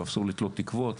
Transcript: ואסור לתלות תקוות,